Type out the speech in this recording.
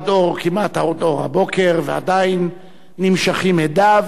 כמעט עד אור הבוקר, ועדיין נמשכים הדיו,